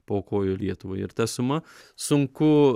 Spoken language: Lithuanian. paaukojo lietuvai ir ta suma sunku